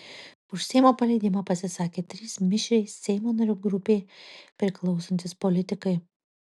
už seimo paleidimą pasisakė trys mišriai seimo narių grupei priklausantys politikai